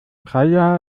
praia